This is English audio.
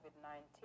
COVID-19